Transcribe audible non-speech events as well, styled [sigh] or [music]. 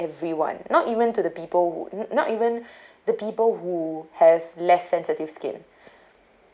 everyone not even to the people wo~ n~ not even the people who have less sensitive skin [breath]